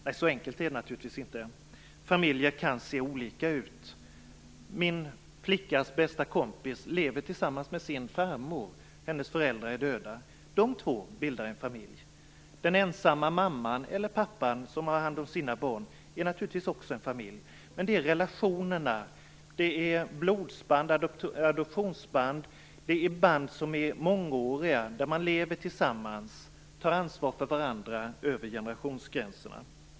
Nej, så enkelt är det naturligtvis inte. Familjer kan se olika ut. Min flickas bästa kompis lever tillsammans med sin farmor, eftersom föräldrarna är döda. De två bildar en familj. Den ensamma mamman, eller den ensamme pappan, som har hand om sina barn är naturligtvis också en familj. Det gäller alltså relationer, blodsband, adoptionsband eller mångåriga band där man lever tillsammans och tar ansvar för varandra över generationsgränserna.